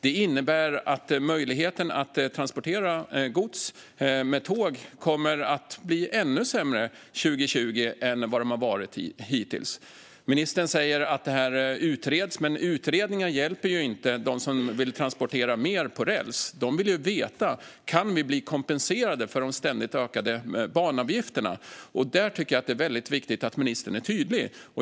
Det innebär att möjligheterna att transportera gods med tåg kommer att bli ännu sämre 2020 än de varit hittills. Ministern säger att detta utreds, men utredningar hjälper inte dem som vill transportera mer på räls. De vill ju veta om de kan bli kompenserade för de ständigt ökande banavgifterna. Där tycker jag att det är viktigt att ministern är tydlig.